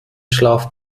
schlaf